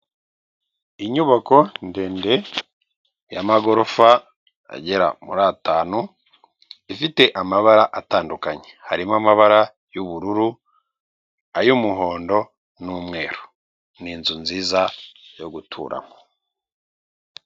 Inyubako ndende y'amagorofa agera muri atanu, ifite amabara atandukanye, harimo amabara y'ubururu ay'umuhondo n'umweru. Ni inzu nziza yo guturamo.